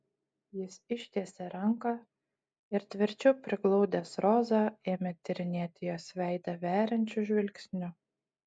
jis ištiesė ranką ir tvirčiau priglaudęs rozą ėmė tyrinėti jos veidą veriančiu žvilgsniu